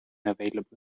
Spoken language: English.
available